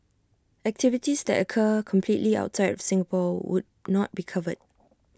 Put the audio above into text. activities that occur completely outside of Singapore would not be covered